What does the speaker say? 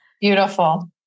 Beautiful